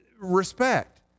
respect